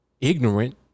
ignorant